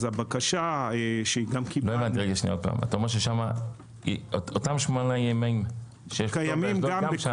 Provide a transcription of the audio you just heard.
אתה אומר שאותם 8 ימים הם קיימים,